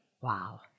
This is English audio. Wow